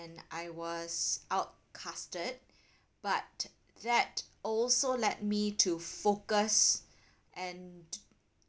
and I was outcasted but that also led me to focus and